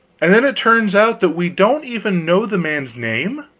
and then it turns out that we don't even know the man's name.